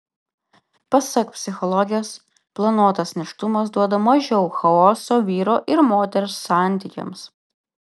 pasak psichologės planuotas nėštumas duoda mažiau chaoso vyro ir moters santykiams